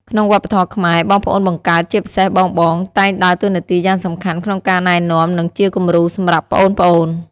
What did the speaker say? ក្នុងវប្បធម៌ខ្មែរ បងប្អូនបង្កើត ជាពិសេសបងៗ តែងដើរតួនាទីយ៉ាងសំខាន់ក្នុងការណែនាំ និងជាគំរូសម្រាប់ប្អូនៗ ។